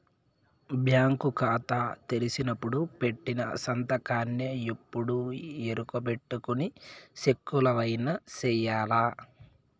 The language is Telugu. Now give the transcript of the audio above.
బ్యాంకు కాతా తెరిసినపుడు పెట్టిన సంతకాన్నే ఎప్పుడూ ఈ ఎరుకబెట్టుకొని సెక్కులవైన సెయ్యాల